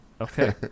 Okay